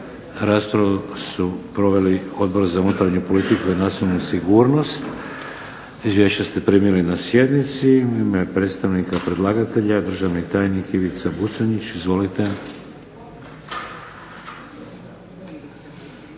Raspravu su proveli Odbor za unutarnju politiku i nacionalnu sigurnost. Izvješća ste primili na sjednici. U ime predstavnika predlagatelja državni tajnik Ivica Buconjić. Izvolite.